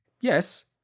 Yes